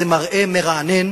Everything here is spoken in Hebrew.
זה מראה מרענן